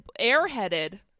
airheaded